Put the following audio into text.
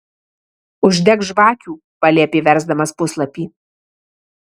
uždek žvakių paliepė versdamas puslapį